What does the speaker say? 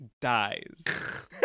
dies